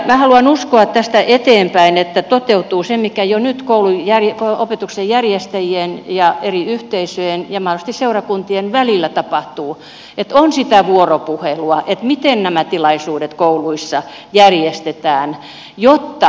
minä haluan uskoa tästä eteenpäin että toteutuu se mikä jo nyt opetuksen järjestäjien ja eri yhteisöjen ja mahdollisesti seurakuntien välillä tapahtuu että on sitä vuoropuhelua miten nämä tilaisuudet kouluissa järjestetään jotta tämä kokonaisuus saadaan